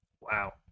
Wow